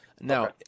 Now